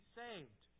saved